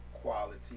quality